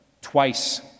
twice